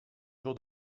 jour